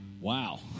Wow